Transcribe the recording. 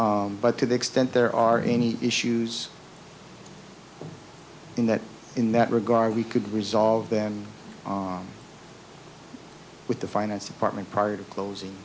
but to the extent there are any issues in that in that regard we could resolve that with the finance department prior to closing